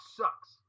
sucks